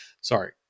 Sorry